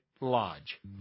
Lodge